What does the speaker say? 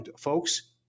folks